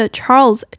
Charles